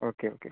okay okay